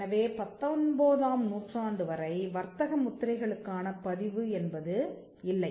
எனவே பத்தொன்பதாம் நூற்றாண்டுவரை வர்த்தக முத்திரைகளுக்கான பதிவு என்பது இல்லை